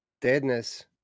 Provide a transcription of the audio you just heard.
Deadness